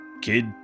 kid